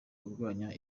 urwanya